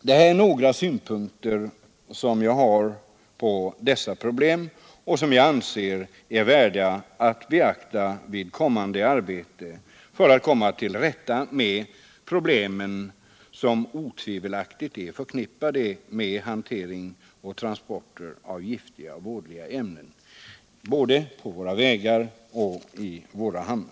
Det här var några synpunkter som jag har på dessa problem och som jag anser är värda att beaktas vid kommande arbete för att komma till rätta med de problem som otvivelaktigt är förknippade med hantering och transport av giftiga och vådliga ämnen, både på våra vägar och i våra hamnar.